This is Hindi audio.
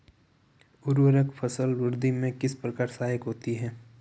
उर्वरक फसल वृद्धि में किस प्रकार सहायक होते हैं?